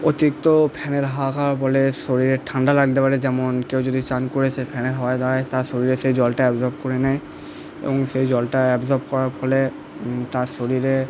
অতিরিক্ত ফ্যানের হাওয়া খাওয়ার ফলে শরীরে ঠান্ডা লাগতে পারে যেমন কেউ যদি চান করে এসে ফ্যানের হাওয়ায় দাঁড়ায় তার শরীরে সেই জলটা অ্যাবসর্ব করে নেয় এবং সেই জলটা অ্যাবসর্ব করার ফলে তার শরীরে